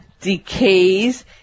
decays